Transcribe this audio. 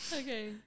okay